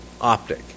optic